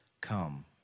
Come